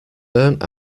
burnt